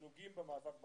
שנוגעים במאבק באנטישמיות,